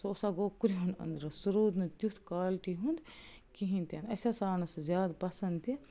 سُہ سا گوٚو کِرٛہُن أنٛدرٕ سُہ روٗد نہٕ تیُتھ کالٹۍ ہُنٛد کِہیٖنی تہِ نہٕ اَسہِ ہَسا آو نہٕ سُہ زیادٕ پسنٛد تہِ